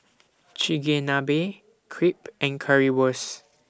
Chigenabe Crepe and Currywurst